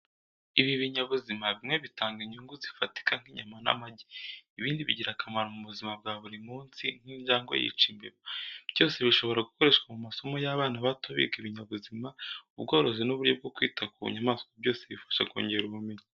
Ibi binyabuzima bimwe bitanga inyungu zifatika nk’inyama n'amagi. Ibindi bigira akamaro mu buzima bwa buri munsi nk’injangwe yica imbeba. Byose bishobora gukoreshwa mu masomo y’abana bato biga ibinyabuzima, ubworozi, n'uburyo bwo kwita ku nyamaswa byose bifasha kongera ubumenyi.